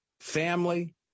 family